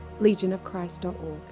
legionofchrist.org